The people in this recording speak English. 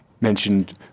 Mentioned